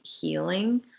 healing